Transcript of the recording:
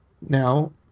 Now